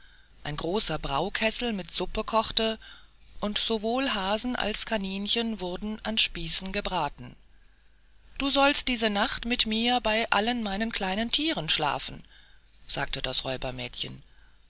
ein großer braukessel mit suppe kochte und sowohl hasen als kaninchen wurden an spießen gebraten du sollst diese nacht mit mir bei allen meinen kleinen tieren schlafen sagte das